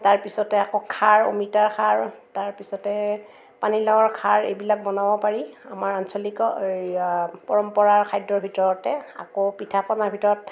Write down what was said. তাৰপিছতে আকৌ খাৰ অমিতাৰ খাৰ তাৰপিছতে পানীলাওৰ খাৰ এইবিলাক বনাব পাৰি আমাৰ আঞ্চলিকৰ এইয়া পৰম্পৰা খাদ্যৰ ভিতৰতে আকৌ পিঠা পনাৰ ভিতৰত